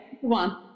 one